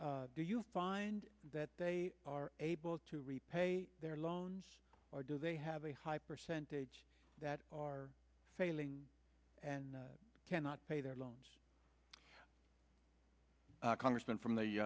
do you find that they are able to repay their loans or do they have a high percentage that are failing and cannot pay their loans congressman from the